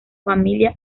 familia